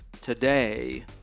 today